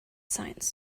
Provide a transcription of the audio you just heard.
science